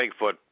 Bigfoot